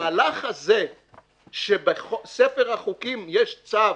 המהלך הזה שבספר החוקים יש צו